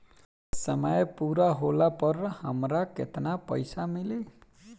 समय पूरा होला पर हमरा केतना पइसा मिली?